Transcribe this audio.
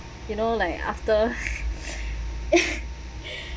you know like after